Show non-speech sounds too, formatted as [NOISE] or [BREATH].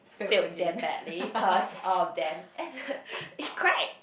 failed damn badly cause all of them and the [BREATH] it cracked